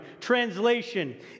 Translation